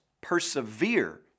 persevere